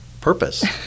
Purpose